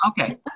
Okay